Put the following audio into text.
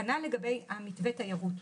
כנ"ל לגבי מתווה התיירות.